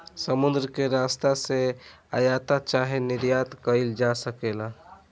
समुद्र के रस्ता से आयात चाहे निर्यात कईल जा सकेला